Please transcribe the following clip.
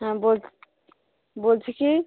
হ্যাঁ আমি বলছি কি